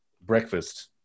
breakfast